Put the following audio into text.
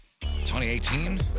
2018